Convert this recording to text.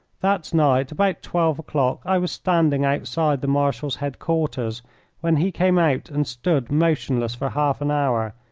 that night, about twelve o'clock, i was standing outside the marshal's headquarters when he came out and stood motionless for half an hour,